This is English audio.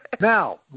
Now